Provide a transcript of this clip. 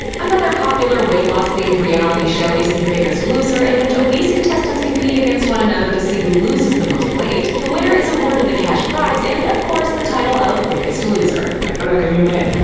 another popular weight-loss-themed reality show is the biggest loser, in which obese contestants compete against one another to see who loses the most weight. the winner is awarded a cash prize, and of course, the title of biggest loser. and i feel like a new man.